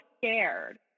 scared